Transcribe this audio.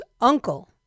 uncle